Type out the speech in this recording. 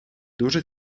дуже